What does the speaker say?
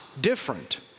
different